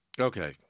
Okay